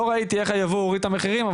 לא ראיתי איך הייבוא הוריד את המחירים,